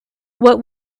what